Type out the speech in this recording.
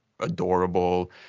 adorable